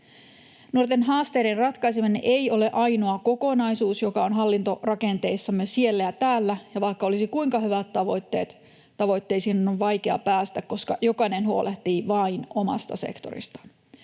Nuorten haasteiden ratkaiseminen ei ole ainoa kokonaisuus, joka on hallintorakenteissamme siellä ja täällä, ja vaikka olisi kuinka hyvät tavoitteet, tavoitteisiin on vaikea päästä, koska jokainen huolehtii vain omasta sektorista.